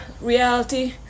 reality